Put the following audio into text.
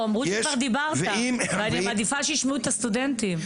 אני מעדיפה שישמעו את הסטודנטים.